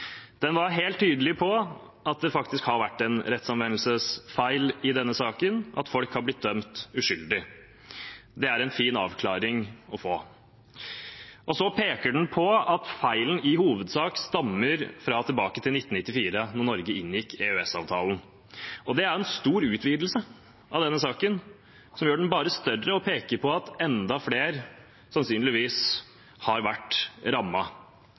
Den var helt tydelig på at det faktisk har vært en rettsanvendelsesfeil i denne saken, at folk har blitt uskyldig dømt. Det er en fin avklaring å få. Og så peker den på at feilen i hovedsak stammer fra tilbake til 1994, da Norge inngikk EØS-avtalen. Det er en stor utvidelse av denne saken, som gjør den bare større, og som peker på at enda flere sannsynligvis har vært